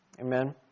Amen